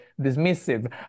dismissive